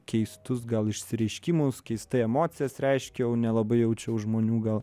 keistus gal išsireiškimus keistai emocijas reiškiau nelabai jaučiau žmonių gal